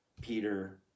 Peter